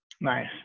Nice